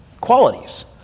qualities